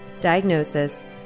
diagnosis